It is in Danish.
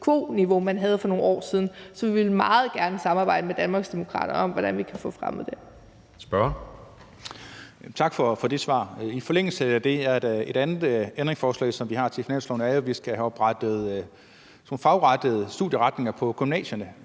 quo-niveau, man havde for nogle år siden. Så vi vil meget gerne samarbejde med Danmarksdemokraterne om at finde ud af, hvordan vi kan få fremmet det.